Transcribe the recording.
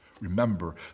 Remember